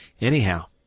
Anyhow